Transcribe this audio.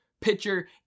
pitcher